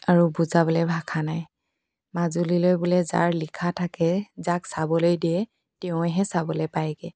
আৰু বুজাবলৈ ভাষা নাই মাজুলীলৈ বোলে যাৰ লিখা থাকে যাক চাবলৈ দিয়ে তেওঁহে চাবলে পায়গৈ